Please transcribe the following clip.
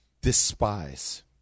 Despise